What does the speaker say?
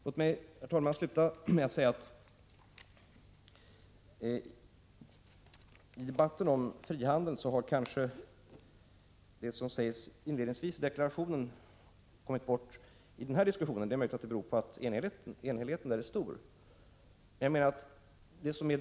Låt mig, herr talman, sluta med att påpeka att det som sägs inledningsvis i deklarationen kanske har kommit bort i debatten om frihandeln. Det är möjligt att det beror på att enhälligheten i det fallet är stor.